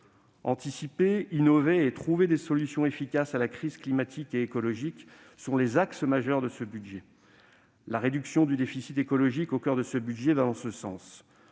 Anticiper, innover et trouver des solutions efficaces à la crise climatique et écologique sont les axes majeurs de ce budget. La réduction du déficit écologique, au coeur de ce budget, va dans ce sens.